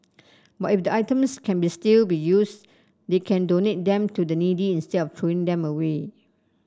but if the items can be still be used they can donate them to the needy instead of throwing them away